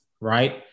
right